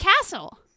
castle